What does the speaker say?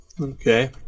Okay